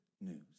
news